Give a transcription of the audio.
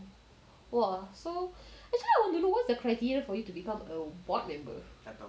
!wah! so actually I want to know what's the criteria for you to become a board member